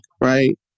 right